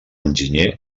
enginyer